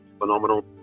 phenomenal